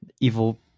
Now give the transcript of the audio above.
evil